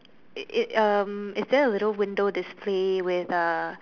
it it um is there a little window display with uh